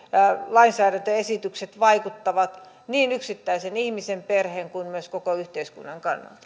lainsäädäntöesitykset vaikuttavat niin yksittäisen ihmisen perheen kuin myös koko yhteiskunnan